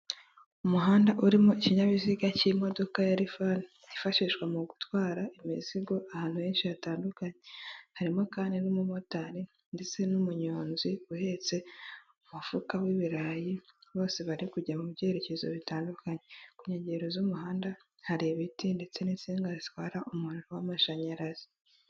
Umuhanda urimo ikinyabiziga cy'imodoka ya rifani zifashishwa mu gutwara imizigo ahantu henshi hatandukanye, harimo kandi n'umu motari ndetse n'umuyonzi uhetse umufuka w'ibirayi bose bari kujya mu byerekezo bitandukanye, ku nkengero z'umuhanda hari ibiti ndetse n'insinga zitwara umuriro w'amashanyarazi.